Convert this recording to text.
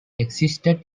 existed